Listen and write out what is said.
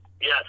Yes